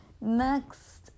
Next